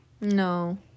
no